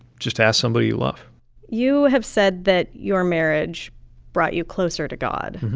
just ask somebody you love you have said that your marriage brought you closer to god,